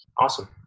Awesome